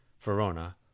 Verona